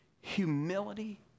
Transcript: Humility